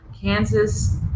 kansas